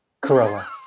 Corolla